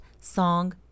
song